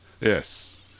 yes